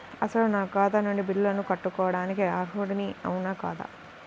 అసలు నా ఖాతా నుండి బిల్లులను కట్టుకోవటానికి అర్హుడని అవునా కాదా?